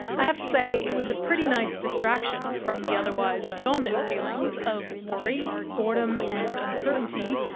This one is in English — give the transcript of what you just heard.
i have to say it was a pretty nice distraction from the otherwise dominant feelings of worry, boredom and uncertainty,